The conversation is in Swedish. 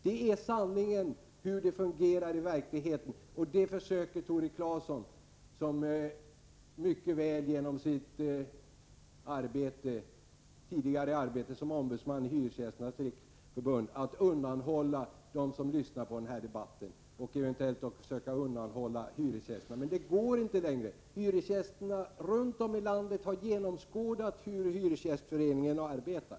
Det är så det fungerar i verkligheten, och det försöker Tore Claeson, som tidigare varit ombudsman i Hyresgästernas riksförbund, att undanhålla för dem som lyssnar på denna debatt och för hyresgästerna. Men det går inte längre. Hyresgästerna runt om i landet har genomskådat hur hyresgästföreningarna arbetar.